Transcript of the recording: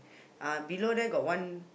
uh below there got one